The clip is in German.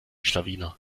schlawiner